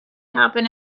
happen